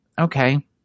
okay